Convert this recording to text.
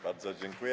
Bardzo dziękuję.